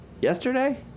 yesterday